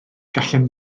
gallem